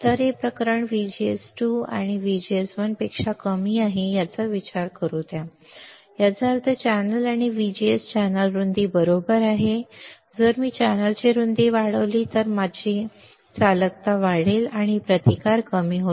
तर हे प्रकरण VGS2 VGS1 पेक्षा कमी आहे याचा विचार करू द्या याचा अर्थ चॅनेल आणि व्हीजीएस चॅनेल रुंदी बरोबर आहे जर मी चॅनेलची रुंदी वाढवली तर माझी चालकता वाढेल किंवा माझा प्रतिकार कमी होईल